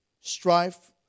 strife